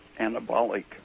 anabolic